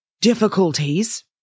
difficulties